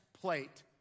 plate